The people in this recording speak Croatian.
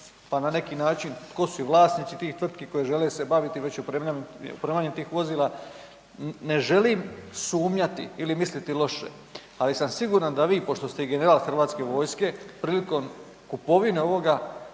pa na neki način tko su i vlasnici tih tvrtki koje žele se baviti već opremanjem tih vozila. Ne želim sumnjati ili mislite loše ali sam siguran da vi pošto ste general hrvatske vojske, prilikom kupovine ovoga,